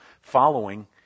following